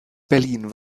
berlin